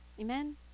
amen